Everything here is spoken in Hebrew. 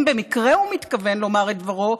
אם במקרה הוא מתכוון לומר את דברו,